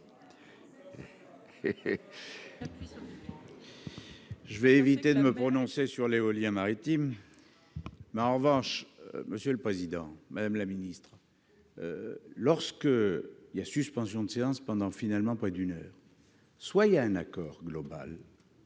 Je vais éviter de me prononcer sur l'éolien maritime mais en revanche, monsieur le Président, Madame la Ministre, lorsque, il y a suspension de séance pendant finalement près d'une heure, soit il y a un accord global.